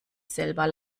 selber